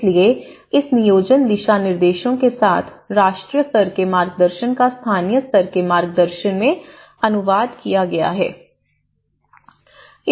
इसलिए इस नियोजन दिशानिर्देशों के साथ राष्ट्रीय स्तर के मार्गदर्शन का स्थानीय स्तर के मार्गदर्शन में अनुवाद किया गया है